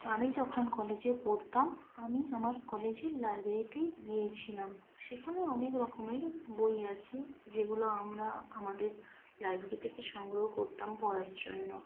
আমি যখন কলেজে পড়তাম আমি আমার কলেজের লাইব্রেরিতেই গিয়েছিলাম সেখানে অনেক রকমের বই আছে যেগুলো আমরা আমাদের লাইব্রেরি থেকে সংগ্রহ করতাম পড়ার জন্য